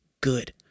good